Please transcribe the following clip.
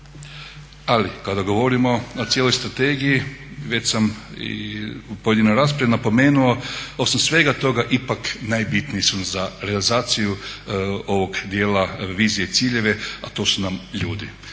Ali kada govorimo o cijeloj strategiji već sam i u pojedinoj raspravi napomenuo osim svega toga ipak najbitniji su nam za realizaciju ovog dijela revizije ciljevi a to su nam ljudi.